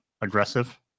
aggressive